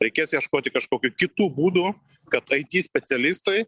reikės ieškoti kažkokių kitų būdų kad it specialistai